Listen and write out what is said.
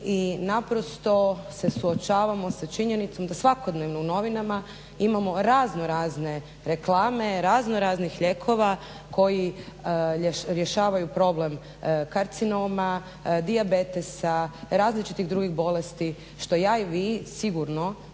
naprosto se suočavamo sa činjenicom da svakodnevno u novinama imamo razno razne reklame razno raznih lijekova koji rješavaju problem karcinoma, dijabetesa, različitih drugih bolesti što ja i vi sigurno